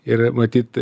ir matyt